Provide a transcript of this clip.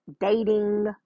dating